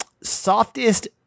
softest